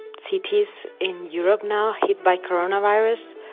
cities in europe now hit by coronavirus.